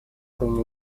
уровня